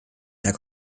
herr